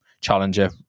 challenger